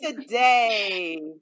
today